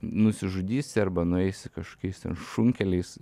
nusižudysi arba nueis kaškiais ten šunkeliais